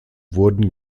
wurden